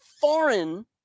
foreign